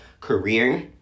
career